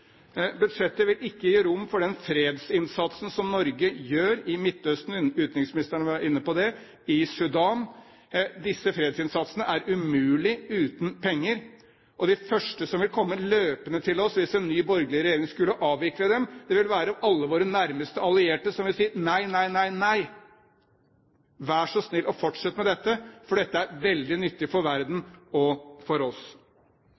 Budsjettet vil ikke gi rom for den fredsinnsatsen som Norge gjør i Midtøsten – utenriksministeren var inne på det – og i Sudan. Disse fredsinnsatsene er umulige uten penger, og de første som vil komme løpende til oss hvis en ny, borgerlig regjering skulle avvikle dem, ville være alle våre nærmeste allierte, som ville si nei, nei, nei, nei! Vær så snill å fortsette med dette, for dette er veldig nyttig for verden og for oss!